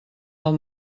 del